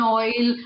oil